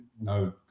no